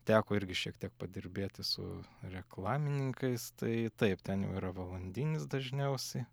teko irgi šiek tiek padirbėti su reklamininkais tai taip ten jau yra valandinis dažniausiai